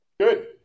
Good